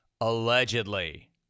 Allegedly